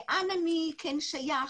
לאן אני כן שייך,